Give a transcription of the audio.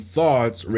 Thoughts